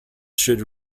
should